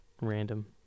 random